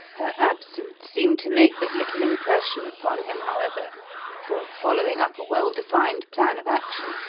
her absence seemed to make but little impression upon him, however for, following up a well-defined plan of action,